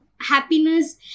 happiness